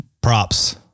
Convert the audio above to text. Props